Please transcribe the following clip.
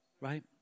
right